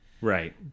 Right